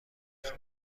خوام